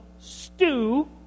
stew